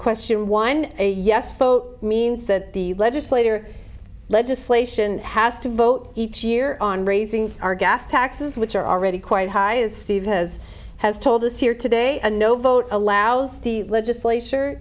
question one a yes vote means that the legislator legislation has to vote each year on raising our gas taxes which are already quite high as steve has has told us here today a no vote allows the legislature